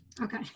Okay